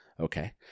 Okay